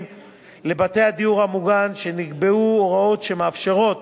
לבין בית הדיור המוגן נקבעו הוראות שמאפשרות